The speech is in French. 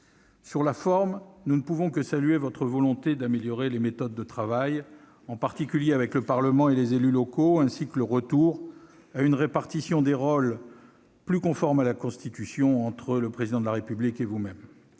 Sur la forme, nous ne pouvons que saluer votre volonté d'améliorer les méthodes de travail, en particulier avec le Parlement et les élus locaux, ainsi que le retour à une répartition des rôles plus conforme à la Constitution entre le Président de la République et vous-même.